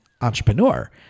entrepreneur